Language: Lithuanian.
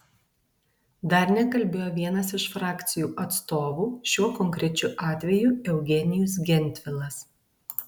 dar nekalbėjo vienas iš frakcijų atstovų šiuo konkrečiu atveju eugenijus gentvilas